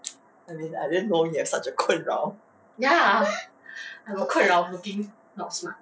I mean I didn't know you have such a 困扰